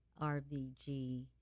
RBG